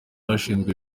ashinzwe